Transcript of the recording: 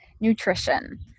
Nutrition